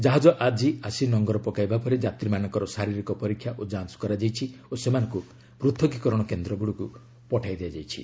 କାହାଜ ଆଜି ଆସି ନଙ୍ଗର ପକାଇବା ପରେ ଯାତ୍ରୀମାନଙ୍କର ଶାରିରୀକ ପରୀକ୍ଷା ଓ ଯାଞ୍ଚ କରାଯାଇଛି ଓ ସେମାନଙ୍କୁ ପୃଥକୀକରଣ କେନ୍ଦ୍ରଗୁଡ଼ିକୁ ପଠାଇ ଦିଆଯାଇଛି